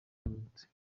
yavutse